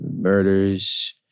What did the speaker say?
murders